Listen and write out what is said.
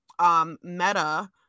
Meta